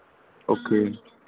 okay